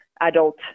adult